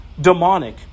Demonic